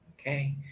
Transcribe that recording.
okay